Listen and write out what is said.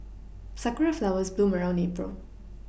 sakura flowers bloom around April